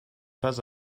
pas